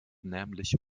nämlich